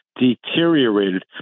deteriorated